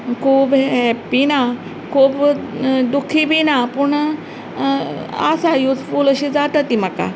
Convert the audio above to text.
खूब हेप्पी ना खूब दुख्खी बी ना पूण आसा युजफूल अशी जाता ती म्हाका